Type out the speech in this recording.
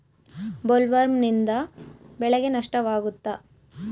ಬೊಲ್ವರ್ಮ್ನಿಂದ ಬೆಳೆಗೆ ನಷ್ಟವಾಗುತ್ತ?